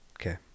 Okay